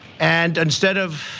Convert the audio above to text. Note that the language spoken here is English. and instead of